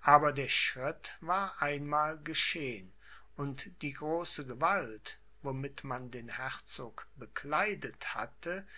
aber der schritt war einmal geschehn und die große gewalt womit man den herzog bekleidet hatte